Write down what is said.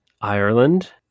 Ireland